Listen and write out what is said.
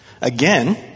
Again